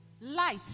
light